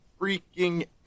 freaking